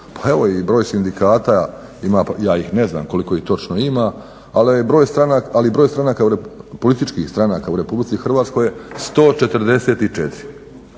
evo i broj sindikata ima, ja ih ne znam koliko ih točno ima, ali broj političkih stranaka u Republici Hrvatskoj je 144.